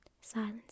Silence